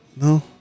No